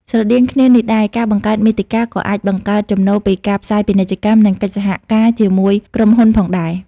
ស្រដៀងគ្នានេះដែរ ការបង្កើតមាតិកា ក៏អាចបង្កើតចំណូលពីការផ្សាយពាណិជ្ជកម្ម និងកិច្ចសហការជាមួយក្រុមហ៊ុនផងដែរ។